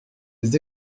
des